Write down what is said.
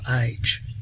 age